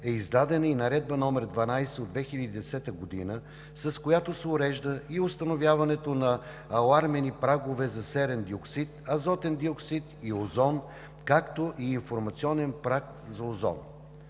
е издадена и Наредба № 12 от 2010 г., с която се урежда и установяването на алармени прагове за серен диоксид, азотен диоксид и озон, както и информационен праг за озон.